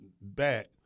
back